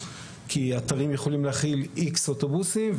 כי האתרים יכולים להכיל איקס אוטובוסים,